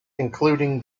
including